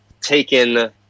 taken